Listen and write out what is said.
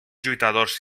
lluitadors